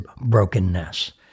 brokenness